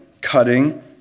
cutting